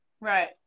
Right